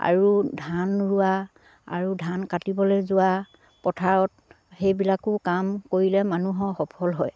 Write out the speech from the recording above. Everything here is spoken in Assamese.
আৰু ধান ৰোৱা আৰু ধান কাটিবলে যোৱা পথাৰত সেইবিলাকো কাম কৰিলে মানুহৰ সফল হয়